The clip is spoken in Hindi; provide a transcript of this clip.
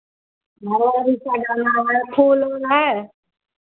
मड़वा भी सजाना है फूल वूल है